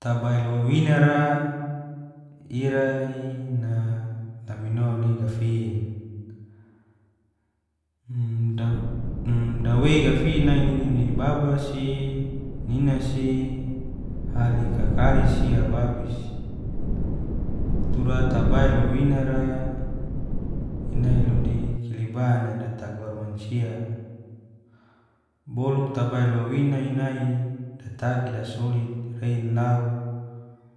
Tabail wawinara ira lamino ni gafin, dawe gafin nai nini babasi, ninasi, ali kakalisi abiabis. Tura tabail wawinara inai ilodi kiliban nai datagor mancia boluk tabail wawina inai datagi dasolit rein lau